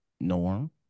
norm